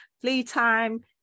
playtime